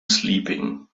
sleeping